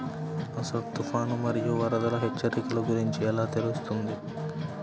అసలు తుఫాను మరియు వరదల హెచ్చరికల గురించి ఎలా తెలుస్తుంది?